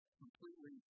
completely